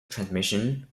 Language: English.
transmission